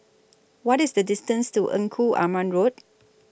What IS The distance to Engku Aman Road